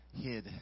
hid